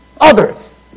others